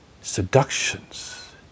seductions